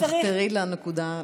תחתרי לנקודה,